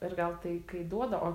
ir gal tai kai duoda o